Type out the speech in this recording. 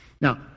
Now